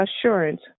assurance